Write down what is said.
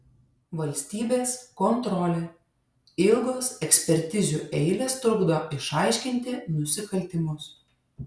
valstybės kontrolė ilgos ekspertizių eilės trukdo išaiškinti nusikaltimus